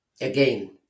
Again